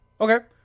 okay